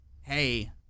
hey